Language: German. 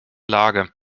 lage